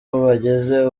bageze